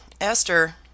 Esther